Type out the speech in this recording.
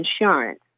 insurance